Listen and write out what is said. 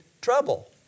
trouble